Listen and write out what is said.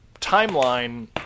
timeline